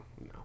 No